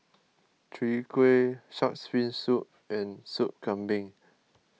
Chwee Kueh Shark's Fin Soup and Soup Kambing